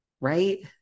right